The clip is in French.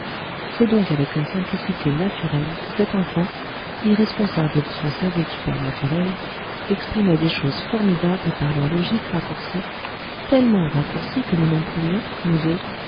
c'est donc avec une simplicité naturelle que cet enfant irresponsable de son cerveau supernaturel exprimait des choses formidables par leur logique raccourcie tellement raccourcie que nous n'en pouvions nous autres